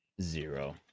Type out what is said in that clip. Zero